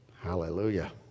Hallelujah